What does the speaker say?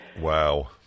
Wow